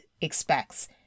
expects